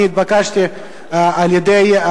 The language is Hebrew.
ולא בכדי,